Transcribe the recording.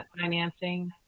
financing